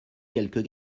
quelques